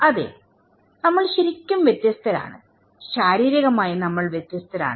അതെ നമ്മൾ ശരിക്കും വ്യത്യസ്തരാണ് ശാരീരികമായി നമ്മൾ വ്യത്യസ്തരാണ്